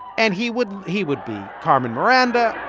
and he would he would be carmen miranda